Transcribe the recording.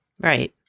Right